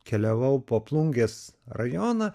keliavau po plungės rajoną